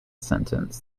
sentence